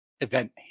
event